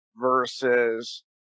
versus